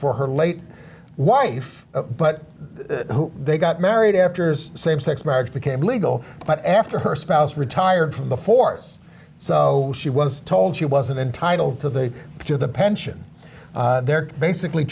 for her late wife but who they got married after same sex marriage became legal but after her spouse retired from the force so she was told she wasn't entitled to the to the pension they're basically